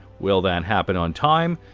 will that happen on time?